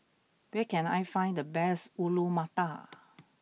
where can I find the best Alu Matar